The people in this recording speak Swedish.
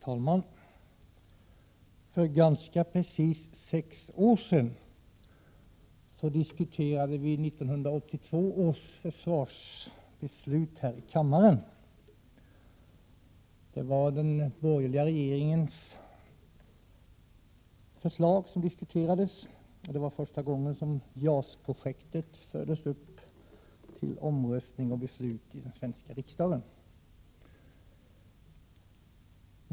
Herr talman! För ganska precis sex år sedan diskuterades 1982 års försvarsbeslut här i kammaren. Det var den borgerliga regeringens förslag, och det var första gången som JAS-projektet fördes upp till omröstning och beslut i den svenska riksdagen.